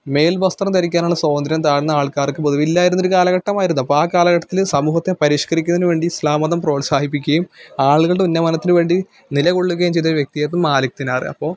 മേല് വസ്ത്രം ധരിക്കാനുള്ള സ്വാതന്ത്ര്യം താഴ്ന്ന ആള്ക്കാര്ക്ക് പൊതുവേ ഇല്ലായിരുന്നൊരു കാലഘട്ടമായിരുന്നു അപ്പോൾ ആ കാലഘട്ടത്തിൽ സമൂഹത്തെ പരിഷ്കരിക്കുന്നതിന് വേണ്ടി ഇസ്ലാം മതം പ്രോത്സാഹിപ്പിക്കുകയും ആളുകളുടെ ഉന്നമനത്തിന് വേണ്ടി നിലകൊള്ളുകയും ചെയ്തൊരു വ്യക്തിയാരുന്നു മാലിക് തിനാർ അപ്പോൾ